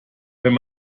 wenn